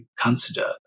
consider